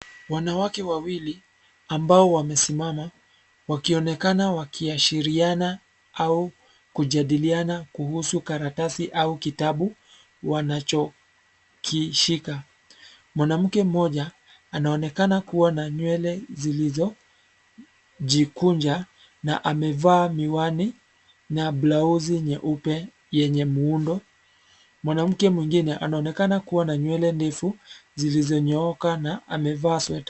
Wanawake wawili, ambao wamesimama, wakionekana wakiashiriana, au, kujadiliana kuhusu karatasi au kitabu, wanacho, kishika, mwanamke mmoja, anaonekana kuwa na nywele zilizo, jikunja, na amevaa miwani, na blausi nyeupe, yenye muundo, mwanamke mwingine anaonekana kuwa na nywele ndefu, zilizonyooka na amevaa sweta.